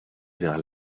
vers